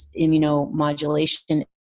immunomodulation